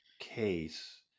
case